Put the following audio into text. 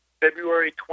February